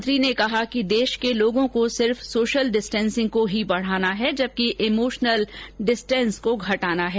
उन्होंने कहा कि देश के लोगों को सिर्फ सोशल डिस्टेसिंग को ही बढाना है जबकि इमोशनल डिस्टेंस को घटाना है